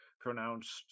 pronounced